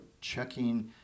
checking